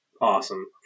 awesome